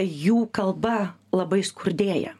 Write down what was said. jų kalba labai skurdėja